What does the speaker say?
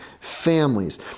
families